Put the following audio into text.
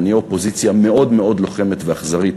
ונהיה אופוזיציה מאוד מאוד לוחמת ואכזרית